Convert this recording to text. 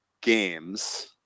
games